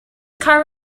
car